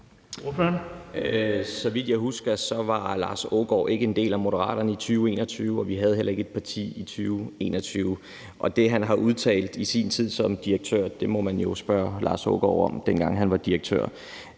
Så vidt jeg husker, var Lars Aagaard ikke en del af Moderaterne i 2021, og vi havde heller ikke et parti i 2021. Det, han har udtalt i sin tid som direktør, skulle man jo have spurgt Lars Aagaard om, dengang han var direktør.